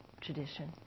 tradition